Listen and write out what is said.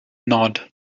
nod